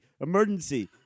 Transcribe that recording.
emergency